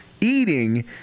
eating